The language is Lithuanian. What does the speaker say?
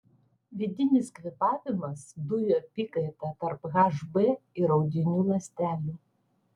vidinis kvėpavimas dujų apykaita tarp hb ir audinių ląstelių